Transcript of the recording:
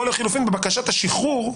או לחלופין בבקשת השחרור,